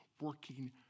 working